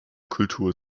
kultur